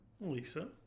Lisa